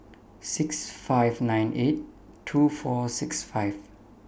six five nine eight two four six five